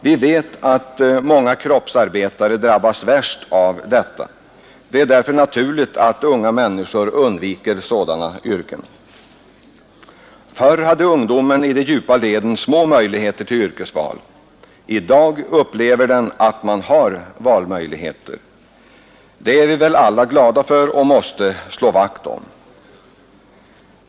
Vi vet att många kroppsarbetare drabbas värst av detta. Det är därför naturligt att unga människor undviker sådana yrken. Förr hade ungdomen i de djupa leden små möjligheter till yrkesval. I dag upplever den att man har valmöjligheter. Det är vi väl alla glada för och måste slå vakt om.